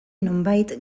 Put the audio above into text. nonbait